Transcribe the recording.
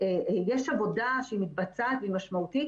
יש עבודה שמתבצעת והיא משמעותית,